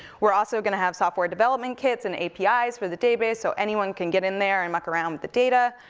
we're also gonna have software development kits, and apis for the database, so anyone can get in there and muck around with the data.